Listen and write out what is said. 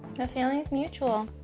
the feeling's mutual.